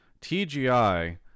TGI